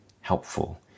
helpful